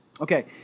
Okay